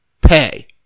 pay